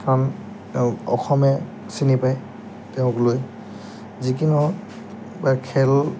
কাৰণ তেওঁক অসমে চিনি পায় তেওঁক লৈ যিকি নহও বা খেল